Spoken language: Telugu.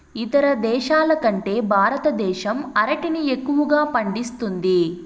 ఇతర దేశాల కంటే భారతదేశం అరటిని ఎక్కువగా పండిస్తుంది